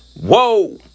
Whoa